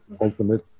ultimate